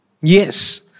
Yes